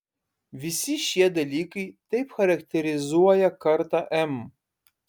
visi šie dalykai taip charakterizuoja kartą m